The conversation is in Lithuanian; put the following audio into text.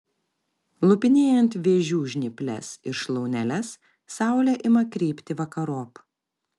lupinėjant vėžių žnyples ir šlauneles saulė ima krypti vakarop